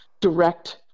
direct